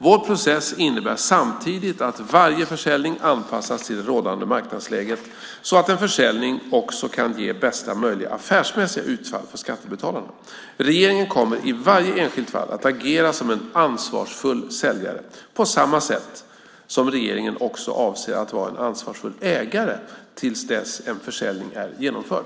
Vår process innebär samtidigt att varje försäljning anpassas till det rådande marknadsläget så att en försäljning också kan ge bästa möjliga affärsmässiga utfall för skattebetalarna. Regeringen kommer i varje enskilt fall att agera som en ansvarsfull säljare, på samma sätt som regeringen också avser att vara en ansvarsfull ägare till dess en försäljning är genomförd.